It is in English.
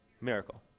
miracle